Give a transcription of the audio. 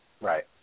Right